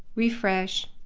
refresh,